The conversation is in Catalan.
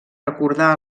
recordar